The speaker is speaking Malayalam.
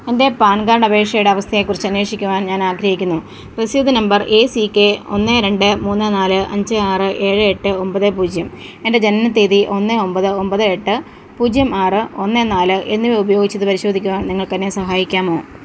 എന്റെ പാൻ കാഡ് അപേഷയുടെ അവസ്ഥയെക്കുറിച്ച് അന്വേഷിക്കുവാൻ ഞാൻ ആഗ്രഹിക്കുന്നു രസീത് നമ്പർ ഏ സീ ക്കെ ഒന്ന് രണ്ട് മൂന്ന് നാല് അഞ്ച് ആറ് ഏഴ് എട്ട് ഒമ്പത് പൂജ്യം എന്റെ ജനനത്തീയതി ഒന്ന് ഒമ്പത് ഒമ്പത് എട്ട് പൂജ്യം ആറ് ഒന്ന് നാല് എന്നിവ ഉപയോഗിച്ച് ഇത് പരിശോധിക്കുവാൻ നിങ്ങൾക്ക് എന്നെ സഹായിക്കാമോ